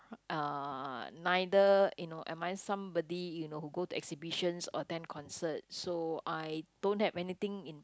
uh neither you know am I somebody you know who go to exhibitions or attend concerts so I don't have anything in